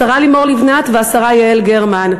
השרה לימור לבנת והשרה יעל גרמן.